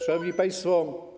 Szanowni Państwo!